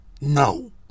no